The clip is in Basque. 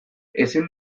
ezin